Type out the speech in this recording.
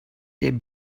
der